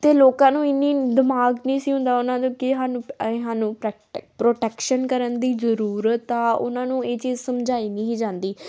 ਅਤੇ ਲੋਕਾਂ ਨੂੰ ਇੰਨੀ ਦਿਮਾਗ ਨਹੀਂ ਸੀ ਹੁੰਦਾ ਉਹਨਾਂ ਨੂੰ ਕਿ ਸਾਨੂੰ ਅਸੀਂ ਸਾਨੂੰ ਪ੍ਰੇਟੈਕ ਪ੍ਰੋਟੈਕਸ਼ਨ ਕਰਨ ਦੀ ਜ਼ਰੂਰਤ ਆ ਉਹਨਾਂ ਨੂੰ ਇਹ ਚੀਜ਼ ਸਮਝਾਈ ਨਹੀਂ ਸੀ ਜਾਂਦੀ